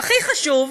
הכי חשוב,